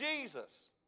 Jesus